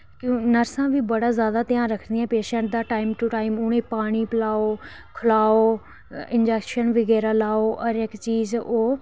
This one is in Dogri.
नर्सां बी जादा ध्यान रक्खदियां न पेशैंट दा टाईम टू टाईम उ'नें ई पानी पिलाओ खिलाओ इंजैक्शन बगैरा लाओ हर चीज़ ओह्